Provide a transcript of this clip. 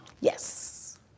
Yes